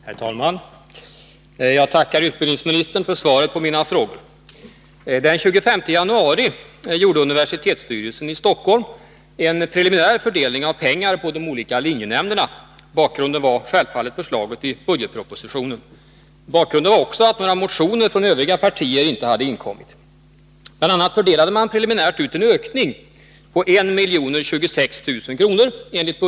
Herr talman! Jag tackar utbildningsministern för svaret på mina frågor. Den 25 januari gjorde universitetsstyrelsen i Stockholm en preliminär fördelning av pengar på de olika linjenämnderna. Bakgrunden var självfallet förslaget i budgetpropositionen. Några motioner från övriga partier hade inte inkommit.